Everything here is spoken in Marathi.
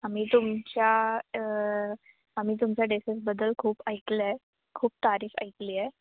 आम्ही तुमच्या आम्ही तुमच्या डेसेसबद्दल खूप ऐकलं आहे खूप तारीफ ऐकली आहे